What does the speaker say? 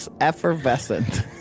Effervescent